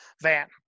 van